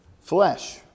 flesh